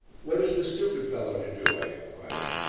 what is the stupid fellow to do? i inquired,